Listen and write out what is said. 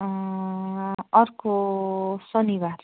अर्को शनिबार